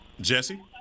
Jesse